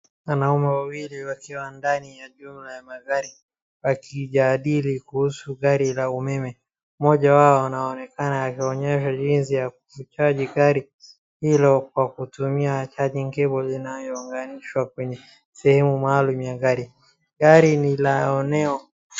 Wanaume wawili wakiwa ndani ya jumla ya magari wakijadili kuhusu gari kla umeme. Mmoja wao anaonekana akionyeshwa jinsi ya kuchaji gari hilo kwa kutumia charging cables inayounganishwa kwenye sehemu maalum ya gari. Gari ni la oneo.